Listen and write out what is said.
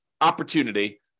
opportunity